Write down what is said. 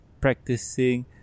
practicing